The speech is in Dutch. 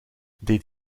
deed